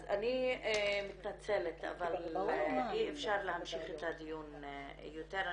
אני מתנצלת, אבל אי אפשר להמשיך את הדיון יותר.